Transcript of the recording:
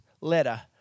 letter